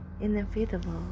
inevitable